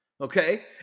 Okay